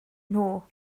nhw